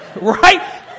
right